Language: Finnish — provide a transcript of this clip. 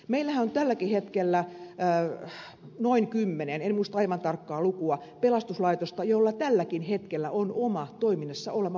meillähän on tälläkin hetkellä noin kymmenen en muista aivan tarkkaa lukua pelastuslaitosta joilla tälläkin hetkellä on oma toiminnassa oleva valvomo